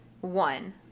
one